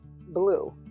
blue